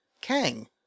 Kang